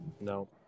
No